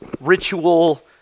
ritual